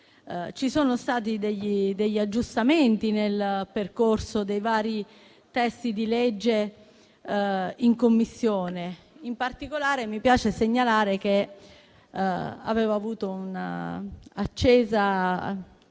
Ci sono stati degli aggiustamenti nel percorso dei vari testi di legge in Commissione. In particolare, mi piace segnalare che ho avuto un acceso